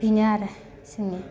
बिनो आरो जोंनि